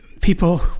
People